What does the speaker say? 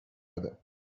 other